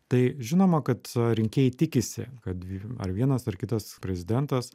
tai žinoma kad rinkėjai tikisi kad ar vienas ar kitas prezidentas